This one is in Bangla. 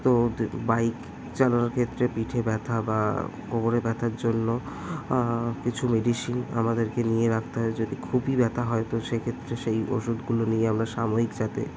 তো তে বাইক চালানোর ক্ষেত্রে পিঠে ব্যথা বা কোমরে ব্যথার জন্য কিছু মেডিসিন আমাদেরকে নিয়ে রাখতে হয় যদি খুবই ব্যথা হয় তো সেক্ষেত্রে সেই ওষুধগুলো নিয়ে আমরা সাময়িক যাতে